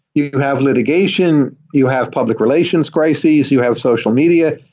you have litigation, you have public relations crises, you have social media,